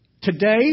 Today